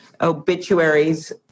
obituaries